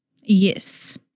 Yes